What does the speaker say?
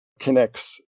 connects